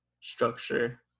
structure